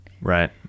Right